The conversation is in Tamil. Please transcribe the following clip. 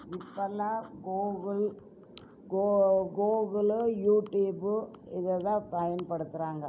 இப்போலாம் கோகுள் கோகுளு யூடியூப்பு இதை தான் பயன்படுத்துகிறாங்க